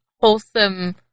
wholesome